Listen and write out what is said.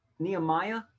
Nehemiah